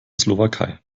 slowakei